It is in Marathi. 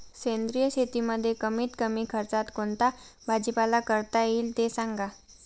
सेंद्रिय शेतीमध्ये कमीत कमी खर्चात कोणता भाजीपाला करता येईल ते सांगा